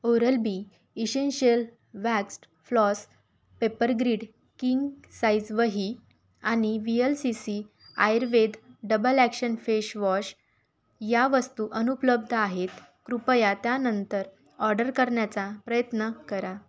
oral B essential waxed floss paper grid king size वही आणि V L C C Ayurveda double action face wash या वस्तू अनुपलब्ध आहेत कृपया त्या नंतर ऑडर करण्याचा प्रयत्न करा